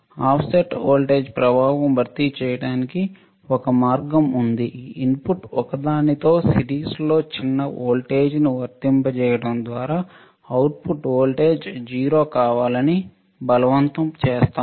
offset voltage ప్రభావం భర్తీ చేయడానికి ఒక మార్గం ఇన్పుట్లు ఒకదానితో సిరీస్లోచిన్న వోల్టేజ్ను వర్తింపజేయడం ద్వారా అవుట్పుట్ వోల్టేజ్ 0 కావాలని బలవంతం చేస్తాం